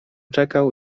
czekał